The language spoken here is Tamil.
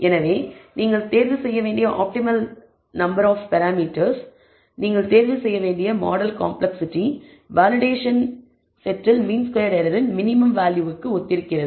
எனவே நீங்கள் தேர்வு செய்ய வேண்டிய ஆப்டிமல் நம்பர் ஆப் பராமீட்டர்கள் அல்லது நீங்கள் தேர்வு செய்ய வேண்டிய மாடல் காம்ப்ளக்ஸிட்டி வேலிடேஷன் செட்டில் மீன் ஸ்கொயர்ட் எரர் இன் மினிமம் வேல்யூவுக்கு ஒத்திருக்கிறது